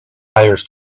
hires